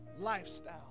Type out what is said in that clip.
lifestyle